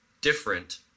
different